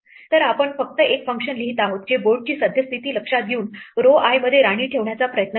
तरआपण फक्त एक फंक्शन लिहित आहोत जे बोर्डची सद्यस्थिती लक्षात घेऊन row i मध्ये राणी ठेवण्याचा प्रयत्न करते